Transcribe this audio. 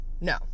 no